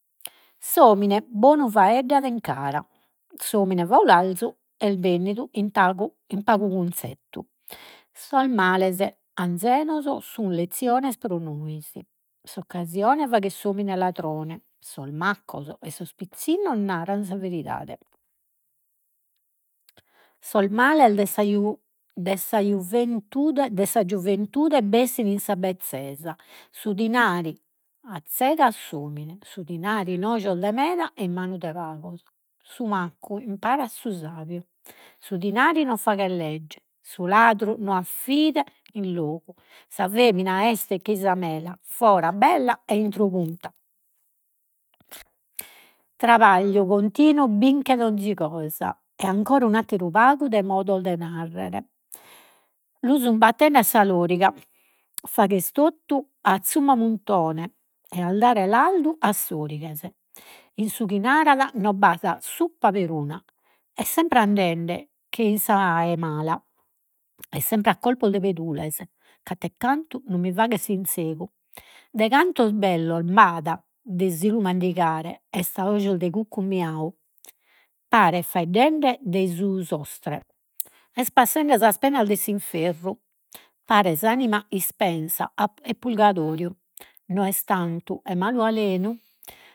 S’omine bonu faeddat in cara, s’omine faularzu est bennidu in in pagu cunzettu, sos males anzenos sun leziones pro nois, s'occasione faghet s'omine ladrone, sos maccos e sos pizzinnos naran sa veridade, sos males de sa de sa de sa giuventude bessin in sa bezzesa, su dinari azzegat s'omine, su dinari in ojos de medas, e in manu de pagos, su maccu imparat su sabiu, su dinari non faghet legge. Su ladru non at fide in logu, sa femina est chei sa mela, fora bella, e intro punta trabagliu continu binchet ogni cosa. E ancora un’atteru pagu de modos de narrere. Lu sun battende a sa loriga, faghes totu a est a dare lardu a sorighes, in su chi narat no b'at suppa peruna, est sempre andende chei sa mala, est sempre a colpos de pedules. no mi faghes, de cantos bellos b'at de si lu mandigare, est a ojos de cuccummiau. Pares faeddende dai su sostre, est passende sas penas de s'inferru, pares anima ispensa 'e Pulgadoriu, no est tantu 'e malu alenu